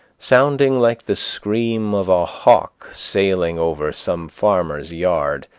sounding like the scream of a hawk sailing over some farmer's yard,